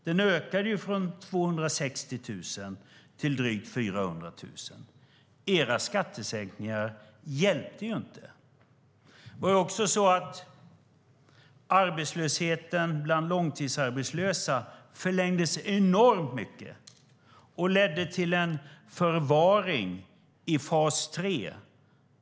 Den ökade från 260 000 personer till drygt 400 000 personer. Era skattesänkningar hjälpte inte. Det var också så att arbetslösheten bland långtidsarbetslösa förlängdes enormt mycket och ledde till en förvaring i fas 3.